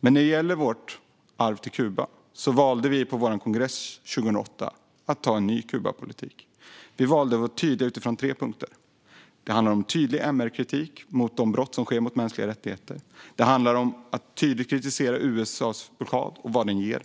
Men när det gäller vårt arv i förhållande till Kuba valde vi på vår kongress 2008 att anta en ny Kubapolitik. Vi valde att vara tydliga utifrån tre punkter. Det handlar om tydlig MR-kritik gällande de brott mot mänskliga rättigheter som sker, och det handlar om att tydligt kritisera USA:s blockad och vad den ger.